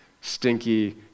stinky